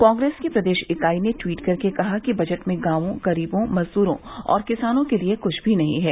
कांग्रेस की प्रदेश इकाई ने ट्वीट कर कहा कि बजट में गांवों गरीबों मजदूरों और किसानों के लिए कुछ नहीं है